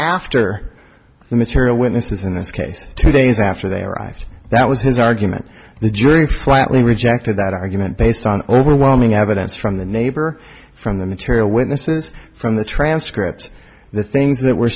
after material witnesses in this case two days after they arrived that was his argument the jury flatly rejected that argument based on overwhelming evidence from the neighbor from the material witnesses from the transcript the things that were